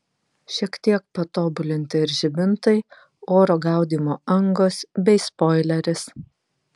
šiek tiek patobulinti ir žibintai oro gaudymo angos bei spoileris